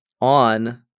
on